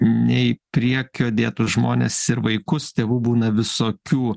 nei priekio dėtus žmones ir vaikus tėvų būna visokių